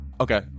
Okay